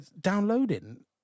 downloading